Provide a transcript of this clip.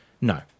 No